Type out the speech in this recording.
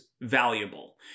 valuable